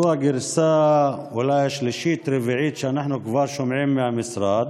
זו אולי הגרסה השלישית או הרביעית שאנחנו כבר שומעים מהמשרד.